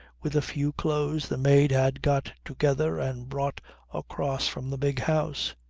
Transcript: with a few clothes the maid had got together and brought across from the big house.